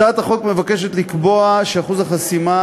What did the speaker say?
הצעת החוק מבקשת לקבוע שאחוז החסימה